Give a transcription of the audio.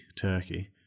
turkey